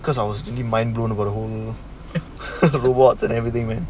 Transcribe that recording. cause I was to the mind blown over the whole robot and everything then